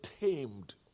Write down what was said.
tamed